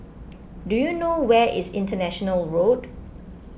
do you know where is International Road